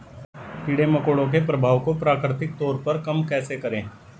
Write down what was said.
कीड़े मकोड़ों के प्रभाव को प्राकृतिक तौर पर कम कैसे करें?